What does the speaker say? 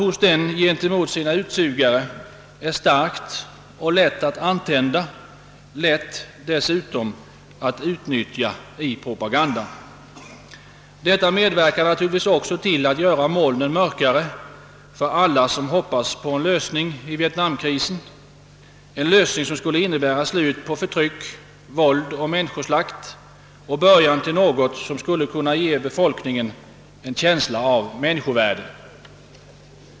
Befolkningens hat mot utsugarna är starkt och lätt att antända — lätt också att utnyttja i propagandan. Detta medverkar naturligtvis till att göra molnen mörkare för alla som hoppas på en lösning av vietnamkrisen, en lösning som skulle utgöra slutet på förtryck, våld och människoslakt och början till något som skulle kunna ge befolkningen en känsla av människovärde.